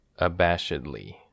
Abashedly